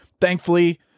Thankfully